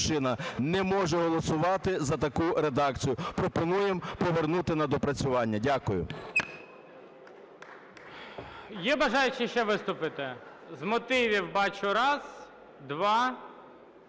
не може голосувати за таку редакцію. Пропонуємо повернути на доопрацювання. Дякую. ГОЛОВУЮЧИЙ. Є бажаючі ще виступити з мотивів? Бачу: раз, два.